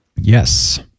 Yes